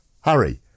Hurry